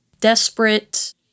Desperate